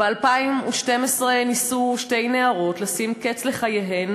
ב-2012 ניסו שתי נערות לשים קץ לחייהן